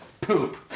Poop